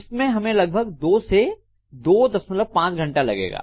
इसमें हमें लगभग 2 से 25 घंटा लगेगा